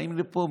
באים לפה,